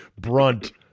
brunt